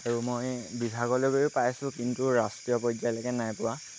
আৰু মই বিভাগলৈ গৈয়ো পাইছোঁ কিন্তু ৰাষ্ট্ৰীয় পৰ্যায়লৈকে নাই পোৱা